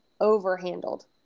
overhandled